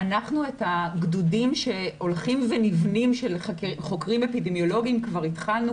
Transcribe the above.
את הגדודים שהולכים ונבנים של חוקרים אפידמיולוגים כבר התחלנו,